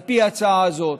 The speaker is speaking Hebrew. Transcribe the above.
על פי ההצעה הזאת.